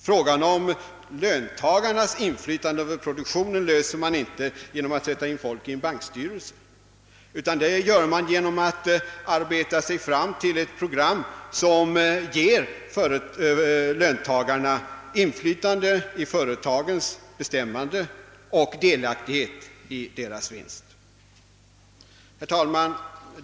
Frågan om löntagarnas inflytande över produktionen löser man inte genom att sätta in folk i en bankstyrelse, utan det gör man genom att arbeta fram ett program, som ger löntagarna inflytande i företagen och delaktighet i deras vinst. Herr talman!